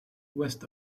west